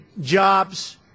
jobs